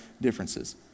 differences